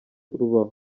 rubaho